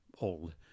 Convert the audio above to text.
old